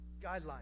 Guidelines